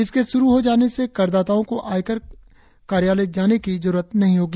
इसके शुरु हो जाने से करदाताओं को आयकर कार्यालय जाने की जरुरत नहीं होगी